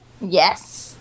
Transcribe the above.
Yes